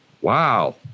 Wow